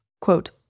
Quote